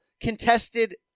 contested